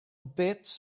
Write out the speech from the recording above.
bits